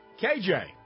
KJ